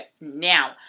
Now